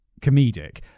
comedic